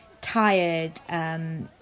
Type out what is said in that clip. tired